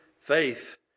faith